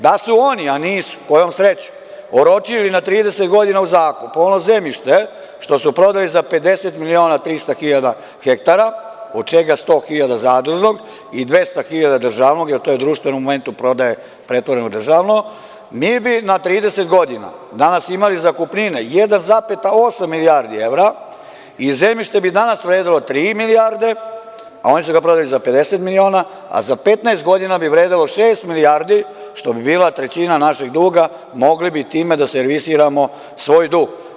Da su oni, a nisu, oročili na 30 godina u zakup ovo zemljište što su prodali za 50 miliona 300.000 hektara, a od čega je 100 hiljada zadružnog, a 200 hiljada državnog, jer to je u momentu prodaje pretvoreno u državno, mi bi na 30 godina danas imali zakupnina 1,8 milijardi evra i zemljište bi danas vredelo tri milijarde, a oni su ga prodali za 50 miliona, a za 15 godina bi vredelo šest milijardi, što bi bila trećina našeg duga i time bi mogli da servisiramo svoj dug.